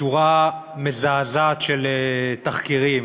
בשורה מזעזעת של תחקירים,